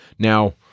Now